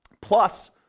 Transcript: plus